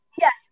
yes